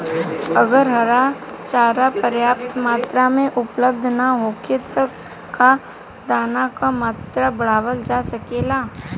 अगर हरा चारा पर्याप्त मात्रा में उपलब्ध ना होखे त का दाना क मात्रा बढ़ावल जा सकेला?